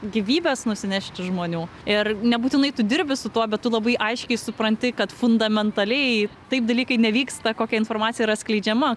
gyvybes nusinešti žmonių ir nebūtinai tu dirbi su tuo bet tu labai aiškiai supranti kad fundamentaliai taip dalykai nevyksta kokia informacija yra skleidžiama